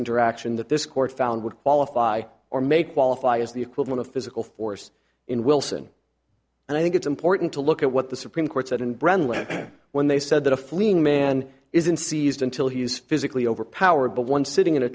interaction that this court found would qualify or may qualify as the equivalent of physical force in wilson and i think it's important to look at what the supreme court said in brenly when they said that a fleeing man is in seized until he is physically overpowered the one sitting in a